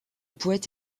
poète